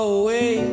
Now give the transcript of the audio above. away